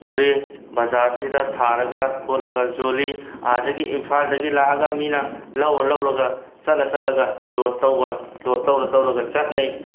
ꯃꯣꯔꯦ ꯕꯖꯥꯔꯁꯤꯗ ꯊꯥꯔꯒ ꯈꯣꯠꯂꯒ ꯌꯣꯜꯂꯤ ꯑꯥꯗꯒꯤ ꯏꯝꯐꯥꯜꯗꯒꯤ ꯂꯥꯛꯑꯒ ꯃꯤꯅ ꯂꯧꯔ ꯂꯧꯔꯒ ꯆꯠꯂ ꯆꯠꯂꯒ ꯂꯣꯠ ꯇꯧꯕ ꯂꯣꯠ ꯇꯧꯔ ꯇꯧꯔꯒ ꯆꯠꯅꯩ